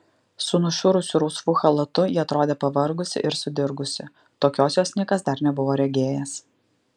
su nušiurusiu rausvu chalatu ji atrodė pavargusi ir sudirgusi tokios jos nikas dar nebuvo regėjęs